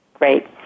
Great